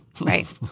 Right